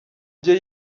byo